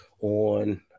on